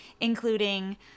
including